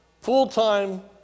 full-time